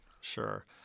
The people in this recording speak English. Sure